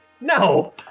No